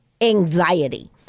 anxiety